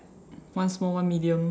one small one medium